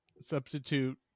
Substitute